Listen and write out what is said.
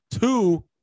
two